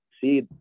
see